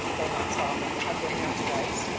they're not stopping. i've been there twice,